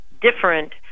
different